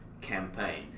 campaign